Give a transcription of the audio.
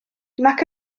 nac